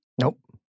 Nope